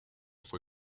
fue